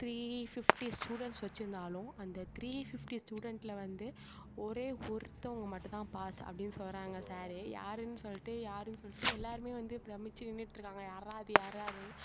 three fifty student வச்சுருந்தாலும் அந்த three fifty ஸ்டூடண்ட்டில் வந்து ஒரே ஒருத்தவங்க மட்டும்தான் பாஸ் அப்படின்னு சொல்கிறாங்க சாரு யாருன்னு சொல்லிட்டு யாருன்னு சொல்லிட்டு எல்லாேருமே வந்து பிரம்மிச்சு நின்றிட்ருக்காங்க யார்டா அது யார்டா அதுன்னு